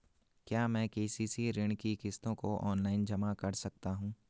क्या मैं के.सी.सी ऋण की किश्तों को ऑनलाइन जमा कर सकता हूँ?